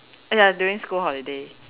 ya it's during school holiday